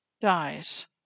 dies